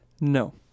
No